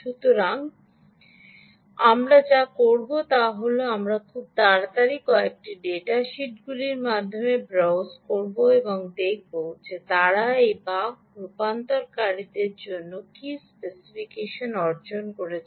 সুতরাং আমরা যা করব তা হল আমরা খুব তাড়াতাড়ি কয়েকটি ডেটা শিটগুলির মাধ্যমে ব্রাউজ করব এবং দেখব যে তারা এই বাক রূপান্তরকারীদের জন্য কি স্পেসিফিকেশন অর্জন করেছে